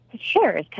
sure